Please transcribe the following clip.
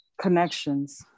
connections